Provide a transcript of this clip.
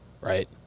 Right